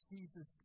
Jesus